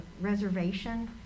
reservation